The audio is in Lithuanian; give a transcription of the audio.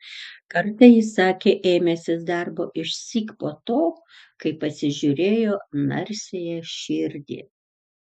kartą jis sakė ėmęsis darbo išsyk po to kai pasižiūrėjo narsiąją širdį